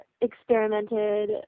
experimented